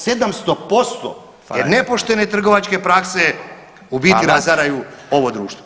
700% jer nepoštene trgovačke prakse u biti razaraju ovo društvo.